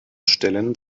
stellen